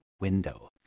window